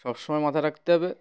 সব সমময় মাথায় রাখতে হবে